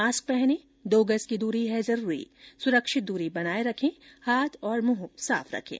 mask पहनें दो गज की दूरी है जरूरी सुरक्षित दूरी बनाए रखें हाथ और मुंह साफ रखें